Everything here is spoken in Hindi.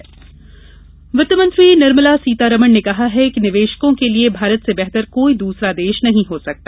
वाशिंगटन सीतारमण वित्तमंत्री निर्मला सीतारमण ने कहा है कि निवेशकों के लिए भारत से बेहतर कोई दूसरा देश नहीं हो सकता